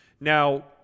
Now